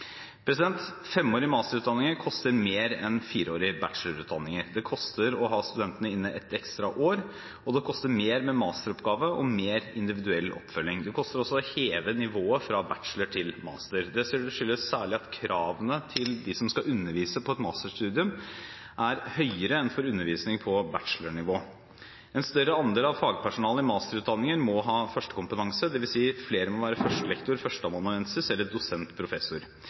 masterutdanninger koster mer enn fireårige bachelorutdanninger. Det koster å ha studentene inne et ekstra år, og det koster mer med masteroppgave og mer individuell oppfølging. Det koster også å heve nivået fra bachelor til master. Dette skyldes særlig at kravene til dem som skal undervise på et masterstudium, er høyere enn for undervisning på bachelornivå. En større andel av fagpersonalet i masterutdanningen må ha førstekompetanse, dvs. flere må være førstelektor/førsteamanuensis eller